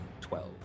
Twelve